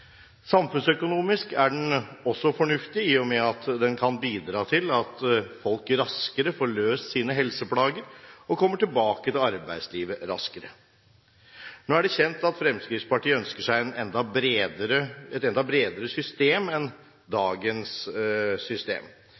Samfunnsøkonomisk er den også fornuftig, i og med at den kan bidra til at folk raskere kan få løst sine helseplager, og dermed raskere kommer tilbake til arbeidslivet. Nå er det kjent at Fremskrittspartiet ønsker seg et enda bredere system enn dagens system.